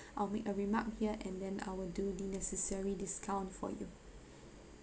I'll make a remark here and then I will do the necessary discount for you